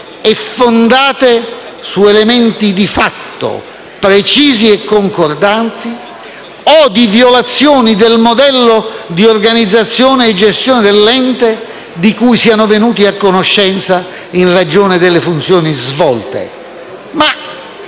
e fondate su elementi di fatto precisi e concordanti o di violazioni del modello di organizzazione e gestione dell'ente, di cui siano venuti a conoscenza in ragione delle funzioni svolte».